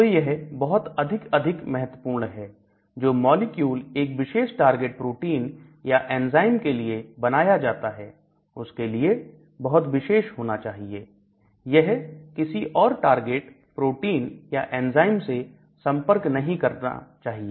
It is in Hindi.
तो यह बहुत अधिक अधिक महत्वपूर्ण है जो मॉलिक्यूल एक विशेष टारगेट प्रोटीन या एंजाइम के लिए बनाया जाता है उसके लिए बहुत विशेष होना चाहिए यह किसी और टारगेट प्रोटीन या एंजाइम से संपर्क नहीं करना चाहिए